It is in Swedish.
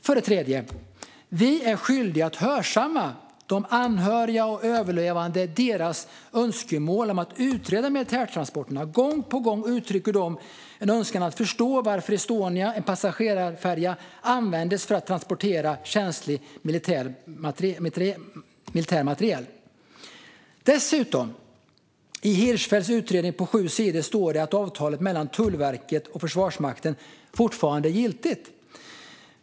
För det tredje: Vi är skyldiga att hörsamma de anhörigas och överlevandes önskemål om att utreda militärtransporterna. Gång på gång uttrycker de en önskan om att förstå varför Estonia, som var en passagerarfärja, användes för att transportera känslig militär materiel. Dessutom står det i Hirschfeldts utredning på sju sidor att avtalet mellan Tullverket och Försvarsmakten fortfarande är giltigt.